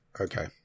Okay